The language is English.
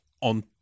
on